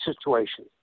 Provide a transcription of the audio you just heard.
situation